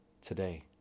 today